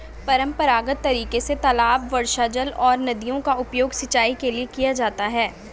परम्परागत तरीके से तालाब, वर्षाजल और नदियों का उपयोग सिंचाई के लिए किया जाता है